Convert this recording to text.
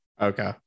Okay